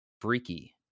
freaky